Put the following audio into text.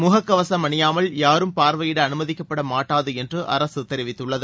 முக கவசம் அணியாமல் யாரும் பார்வையிட அனுமதிக்கப்பட மாட்டாது என்று அரசு தெரிவித்துள்ளது